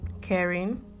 caring